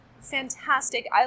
fantastic